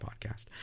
podcast